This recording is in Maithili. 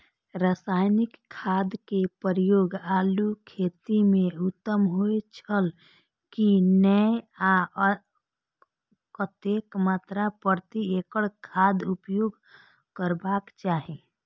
रासायनिक खाद के प्रयोग आलू खेती में उत्तम होय छल की नेय आ कतेक मात्रा प्रति एकड़ खादक उपयोग करबाक चाहि?